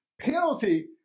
penalty